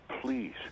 please